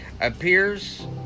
appears